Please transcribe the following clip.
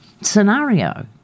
scenario